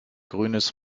grünes